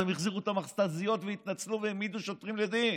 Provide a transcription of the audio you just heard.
אז הם החזירו את המכת"זיות והתנצלו והעמידו שוטרים לדין.